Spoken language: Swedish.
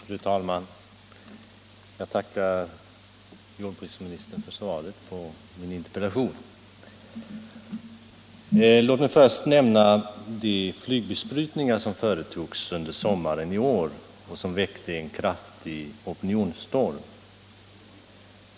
Fru talman! Jag tackar jordbruksministern för svaret på min interpellation. Låt mig till att börja med nämna de flygbesprutningar som företogs under sommaren i år och som väckte en kraftig opinionsstorm.